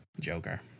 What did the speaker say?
Joker